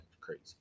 crazy